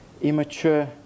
immature